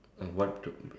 and what to